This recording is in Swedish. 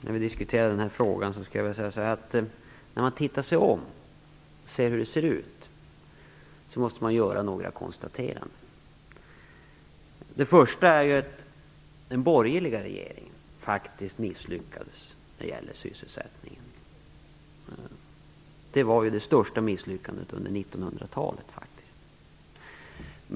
vi nu diskuterar den här frågan skulle jag vilja säga att när man tittar sig omkring och ser hur det ser ut måste man göra några konstateranden. Den borgerliga regeringen misslyckades faktiskt med sysselsättningen. Det var faktiskt det största misslyckandet under 1900-talet.